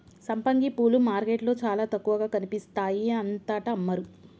సంపంగి పూలు మార్కెట్లో చాల తక్కువగా కనిపిస్తాయి అంతటా అమ్మరు